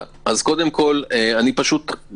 אמרתי לך